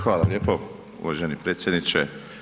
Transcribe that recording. Hvala lijepo uvaženi predsjedniče.